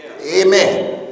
Amen